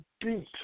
beat